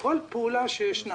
כל פעולה שישנה